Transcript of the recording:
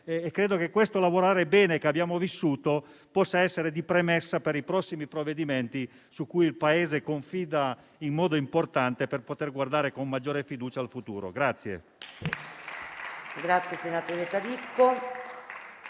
dire che si è lavorato molto bene e credo che questo possa essere di premessa per i prossimi provvedimenti su cui il Paese confida in modo importante per poter guardare con maggiore fiducia al futuro.